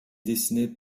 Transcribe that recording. dessinée